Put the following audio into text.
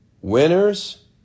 Winners